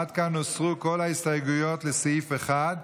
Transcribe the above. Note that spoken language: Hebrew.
עד כאן הוסרו כל ההסתייגויות לסעיף 1,